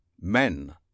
Men